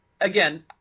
again